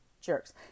jerks